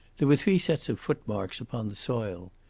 there were three sets of footmarks upon the soil.